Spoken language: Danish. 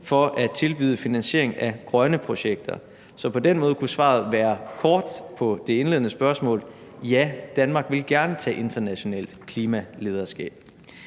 for at tilbyde finansiering af grønne projekter. Så på den måde kunne svaret være kort på det indledende spørgsmål: Ja, Danmark vil gerne tage internationalt klimalederskab.